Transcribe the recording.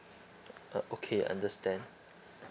okay understand